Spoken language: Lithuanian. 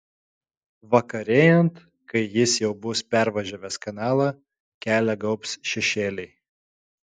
vakarėjant kai jis jau bus pervažiavęs kanalą kelią gaubs šešėliai